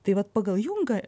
tai vat pagal jungą